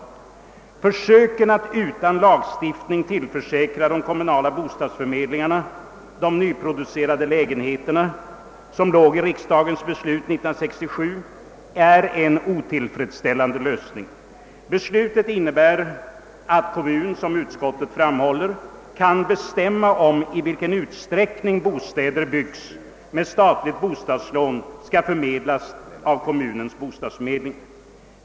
Försöken att utan lagstiftning tillförsäkra de kommunala bostadsförmedlingarna de nyproducerade lägenheterna, som riksdagens beslut 1967 innebar, är en otillfredsställande lösning. Beslutet innebär att kommun — som utskottet framhåller — kan bestämma om i vilken utsträckning bostäder, som byggs med statligt bostadslån, skall förmedlas av kommunens bostadsförmedling.